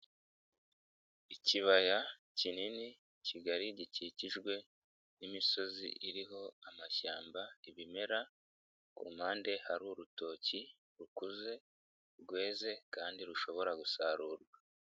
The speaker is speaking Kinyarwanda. Ikibaya kinini kigari gikikijwe n'imisozi iriho amashyamba ibimera, ku mpande hari urutoki rukuze rweze kandi rushobora gusarurwa.